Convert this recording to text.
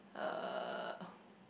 uh